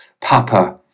papa